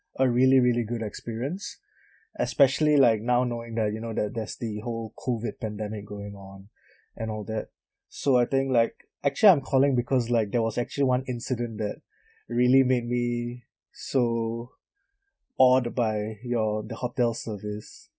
a really really good experience especially like now knowing that you know that there's the whole COVID pandemic going on and all that so I think like actually I'm calling because like there was actually one incident that really made me so awed by your the hotel service